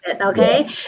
okay